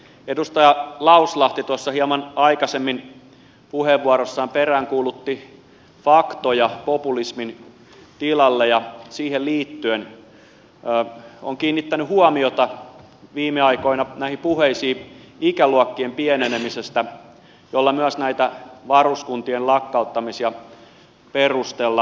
edustaja lauslahti tuossa hieman aikaisemmin puheenvuorossaan peräänkuulutti faktoja populismin tilalle ja siihen liittyen olen kiinnittänyt huomiota viime aikoina näihin puheisiin ikäluokkien pienenemisestä jolla myös näitä varuskuntien lakkauttamisia perustellaan